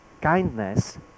Kindness